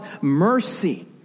mercy